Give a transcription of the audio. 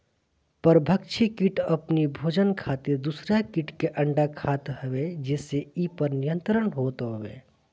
परभक्षी किट अपनी भोजन खातिर दूसरा किट के अंडा खात हवे जेसे इ पर नियंत्रण होत हवे